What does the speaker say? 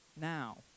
now